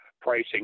pricing